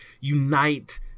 unite